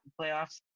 playoffs